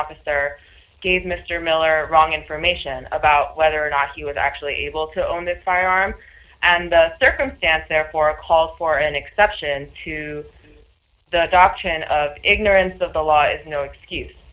officer gave mr miller wrong information about whether docu was actually able to own that firearm and the circumstance therefore a call for an exception to the adoption of ignorance of the law is no excuse